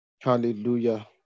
Hallelujah